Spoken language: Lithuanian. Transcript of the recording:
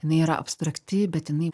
jinai yra abstrakti bet jinai